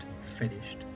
finished